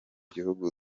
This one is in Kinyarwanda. gihugu